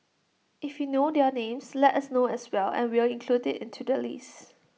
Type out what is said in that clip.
if you know their names let us know as well and we'll include IT into the list